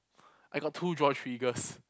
I got two draw triggers